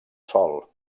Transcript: sòl